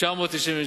ו-375,993